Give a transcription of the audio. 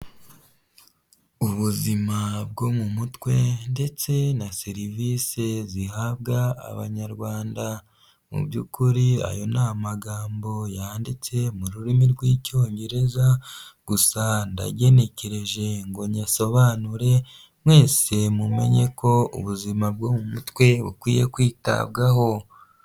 Ubuzima bwo mu mutwe ndetse na serivisi zihabwa Abanyarwanda, mu by'ukuri ayo ni amagambo yanditse mu rurimi rw'icyongereza, gusa ndagenekereje ngo nyasobanure, mwese mumenye ko ubuzima bwo mu mutwe bukwiye kwitabwaho.